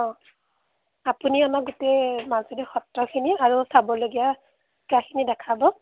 অঁ আপুনি আমাৰ গোটেই মাজুলী সত্ৰখিনি আৰু চাবলগীয়া ঠাইখিনি দেখাব